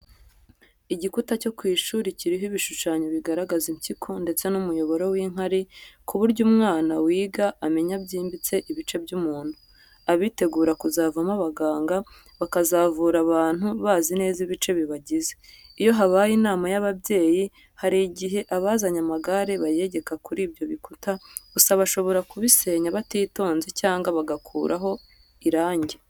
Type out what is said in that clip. Igikuta cyo ku ishuri kiriho ibishushanyo bigaragaza impyiko ndetse n'umuyoboro w'inkari, ku buryo umwana wiga amenya byimbitse ibice by'umuntu. Abitegura kuzavamo abaganga bakazavura abantu bazi neza ibice bibagize. Iyo habaye inama y'ababyeyi hari igihe abazanye amagare bayegeka kuri ibyo bikuta gusa bashobora kubisenya batitonze cyangwa bagakuraho irange.